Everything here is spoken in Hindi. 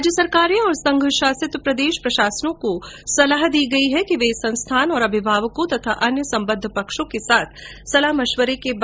राज्य सरकारों और संघ शासित प्रदेश प्रशासनों को सलाह दी गई है कि वे संस्थानों और अभिभावकों तथा अन्य सम्बद्ध पक्षों के साथ सलाह मश्विरा करें